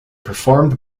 performed